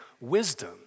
wisdom